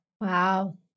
Wow